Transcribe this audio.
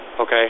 okay